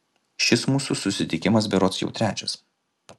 šis mūsų susitikimas berods jau trečias